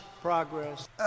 progress